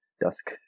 dusk